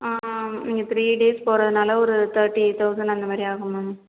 நீங்கள் three days போகிறதுனால ஒரு தேர்ட்டி தௌசண்ட் அந்த மாதிரி ஆகும் மேம்